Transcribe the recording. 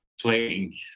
playing